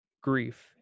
Grief